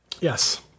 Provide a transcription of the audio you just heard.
Yes